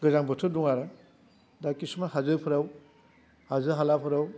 गोजां बोथोर दं आरो दा खिसुमान हाजोफोराव हाजो हालाफोराव